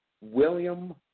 William